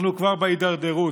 אנחנו כבר בהידרדרות.